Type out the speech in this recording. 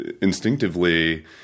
instinctively